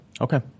Okay